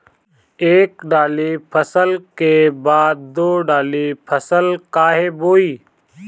एक दाली फसल के बाद दो डाली फसल काहे बोई?